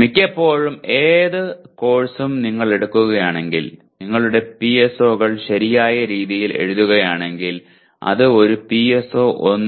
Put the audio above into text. മിക്കപ്പോഴും ഏത് കോഴ്സും നിങ്ങൾ എടുക്കുകയാണെങ്കിൽ നിങ്ങളുടെ PSO കൾ ശരിയായ രീതിയിൽ എഴുതുകയാണെങ്കിൽ അത് ഒരു PSO1